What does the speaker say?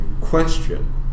question